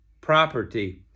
property